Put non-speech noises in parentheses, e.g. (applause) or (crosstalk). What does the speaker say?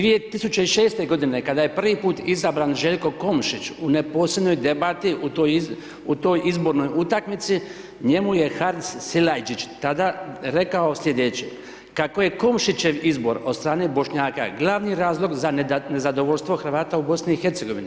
2006. g. kada je prvi put izabran Željko Komšić u neposebnoj debati, u toj izbornoj utakmici, njemu je … (unintelligible) tada rekao slijedeće, kako je Komšićev izbor od strane Bošnjaka, glavni razlog za nezadovoljstvo Hrvata u BIH.